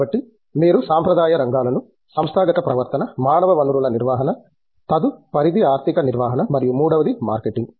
కాబట్టి మీరు సాంప్రదాయ రంగాలను సంస్థాగత ప్రవర్తన మానవ వనరుల నిర్వహణ తదుపరిది ఆర్థిక నిర్వహణ మరియు మూడవది మార్కెటింగ్